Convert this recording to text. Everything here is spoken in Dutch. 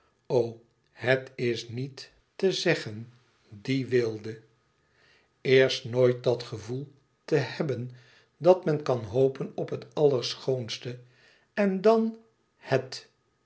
het is niet te zeggen die weelde eerst nooit dat gevoeld te hebben dat men kan hopen het allerschoonste en dàn het